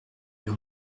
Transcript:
lui